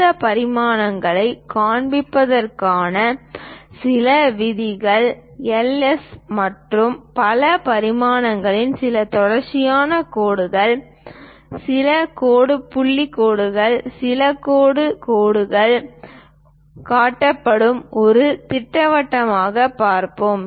இந்த பரிமாணங்களைக் காண்பிப்பதற்கான சில விதிகள் எல் எஸ் மற்றும் பல பரிமாணங்களில் சில தொடர்ச்சியான கோடு சில கோடு புள்ளி கோடுகள் சில கோடு கோடுகள் காட்டப்படும் ஒரு திட்டவட்டத்தைப் பார்ப்போம்